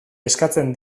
eskatzen